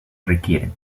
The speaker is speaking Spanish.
requiere